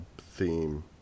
theme